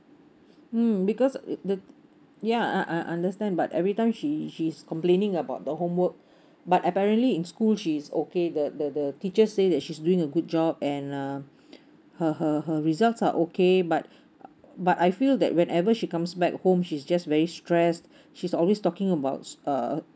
mm because the ya I I understand but everytime she she is complaining about the homework but apparently in school she is okay the the the teachers say that she's doing a good job and uh her her her results are okay but uh but I feel that whenever she comes back home she's just very stress she's always talking about uh